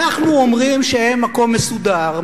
אנחנו אומרים שהם מקום מסודר,